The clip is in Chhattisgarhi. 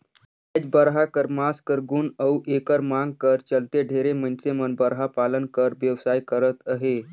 आएज बरहा कर मांस कर गुन अउ एकर मांग कर चलते ढेरे मइनसे मन बरहा पालन कर बेवसाय करत अहें